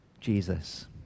Jesus